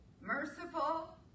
Merciful